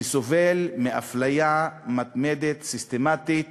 שסובל מאפליה מתמדת סיסטמטית